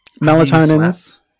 Melatonin